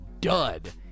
dud